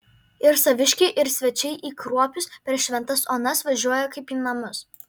ir saviškiai ir svečiai į kruopius per šventas onas važiuoja kaip į namus